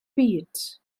byd